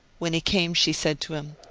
when he came, she said to him,